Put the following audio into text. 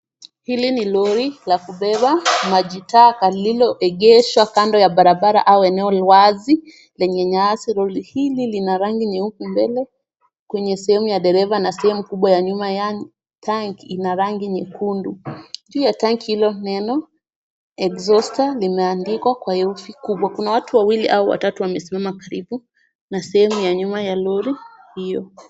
Hili ni lori la kubeba maji taka lililoegeshwa kando ya barabara au eneo wazi lenye nyasi. Lori hili lina rangi nyeupe mbele kwenye sehemu ya dereva na sehemu kubwa ya nyuma yaani tank ina rangi nyekundu. Juu ya tanki hilo neno exhauster limeandikwa kwa herufi kubwa. Kuna watu wawili au watatu wamesimama karibu na sehemu ya nyuma ya lori hiyo.